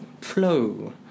Flow